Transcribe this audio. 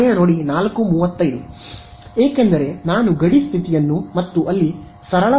ಏಕೆಂದರೆ ನಾನು ಗಡಿ ಸ್ಥಿತಿಯನ್ನು ಮತ್ತು ಅಲ್ಲಿ ಸರಳವಾದ ಗಡಿ ಸ್ಥಿತಿಯನ್ನು ಅನ್ವಯಿಸಬೇಕಾಗಿದೆ